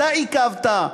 אתה עיכבת.